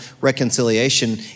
reconciliation